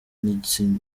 n’igitsina